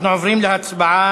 אנחנו עוברים להצבעה.